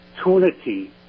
opportunity